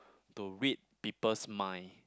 to read people's mind